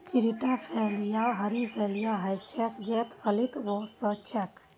चौड़ीटा फलियाँ हरी फलियां ह छेक जेता फलीत वो स छेक